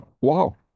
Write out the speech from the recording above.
wow